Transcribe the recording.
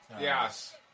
Yes